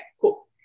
cool